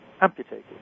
amputated